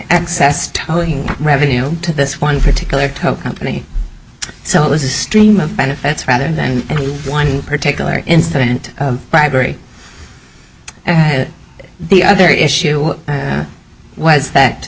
excess towing revenue to this one particular tow company so it was a stream of benefits rather than any one particular incident bribery and the other issue was that